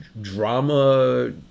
drama